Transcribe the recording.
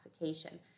intoxication